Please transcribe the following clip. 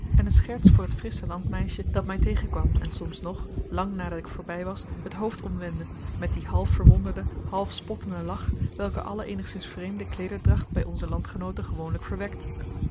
en een scherts voor het frissche landmeisje dat mij tegenkwam en soms nog lang nadat ik voorbij was het hoofd omwendde met dien half verwonderden half spottenden lach welken alle eenigszins vreemde kleederdacht bij onze landgenooten gewoonlijk verwekt